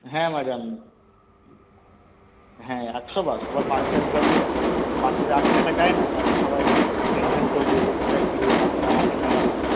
হ্যাঁ ম্যাডাম হ্যাঁ একশো বার সবার পারমিশান ছাড়া তো বাচ্চাদের আটকে রাখা যায় না তাতে তো সবাই টেনশান করবে যে কোথায় কী হলো বাচ্চারা আসছে না কেন